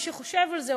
מי שחושב על זה,